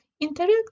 interact